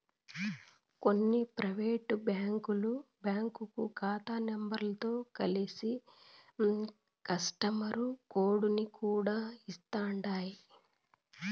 కొన్ని పైవేటు బ్యాంకులు బ్యాంకు కాతా నెంబరుతో కలిసి కస్టమరు కోడుని కూడా ఇస్తుండాయ్